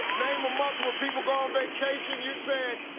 name a month when people go on vacation. you said.